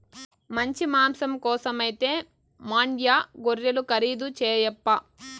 మంచి మాంసం కోసమైతే మాండ్యా గొర్రెలు ఖరీదు చేయప్పా